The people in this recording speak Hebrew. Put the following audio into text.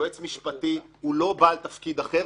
יועץ משפטי הוא לא בעל תפקיד אחר.